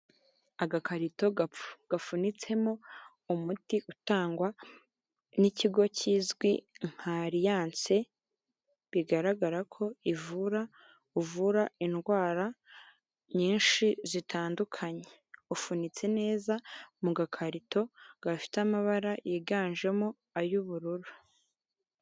Agakarito gapfu gafunitsemo umuti utangwa n'ikigo kizwi nka ariyanse bigaragara ko ivura uvura indwara nyinshi zitandukanye. Ufunitse neza mu gakarito gafite amabara yiganjemo ay'ubururu.